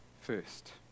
first